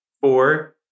Four